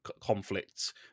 conflicts